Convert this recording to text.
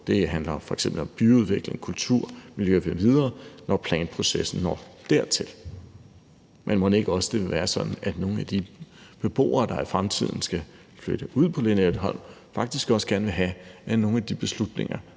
Det handler f.eks. om byudvikling, kultur, miljø m.v., når planprocessen når dertil. Men mon ikke også det vil være sådan, at nogle af de beboere, der i fremtiden flytter ud på Lynetteholm, faktisk også gerne vil have, at nogle af de beslutninger,